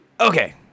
Okay